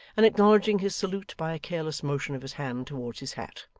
and acknowledging his salute by a careless motion of his hand towards his hat.